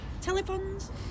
Telephones